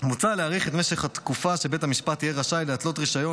מוצע להאריך את משך התקופה שבית המשפט יהיה רשאי להתלות רישיון